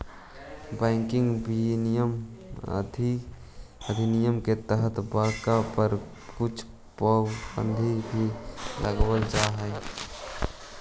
banking विनियमन अधिनियम के तहत बाँक पर कुछ पाबंदी भी लगावल जा सकऽ हइ